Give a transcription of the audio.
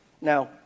Now